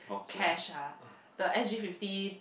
cash ah the S_G fifty